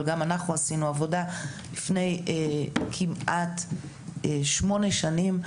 אבל גם אנחנו עשינו עבודה לפני כמעט שמונה שנים.